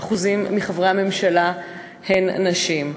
18% מחברי הממשלה הם נשים.